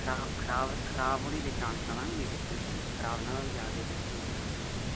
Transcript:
खराब खराब खराब होने दे चांस नी ना न कोई बिच्च खराब नेईं ना होई जा ते बिच्च इ'यां